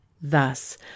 thus